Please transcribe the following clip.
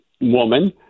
woman